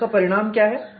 और इसका परिणाम क्या है